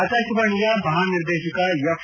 ಆಕಾಶವಾಣಿಯ ಮಹಾನಿರ್ದೇಶಕ ಎಫ್